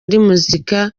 muziki